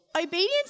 Obedience